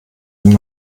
dem